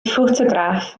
ffotograff